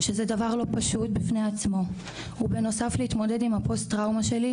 שזה דבר לא פשוט בפני עצמו ובנוסף להתמודד עם הפוסט טראומה שלי,